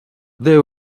they